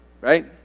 Right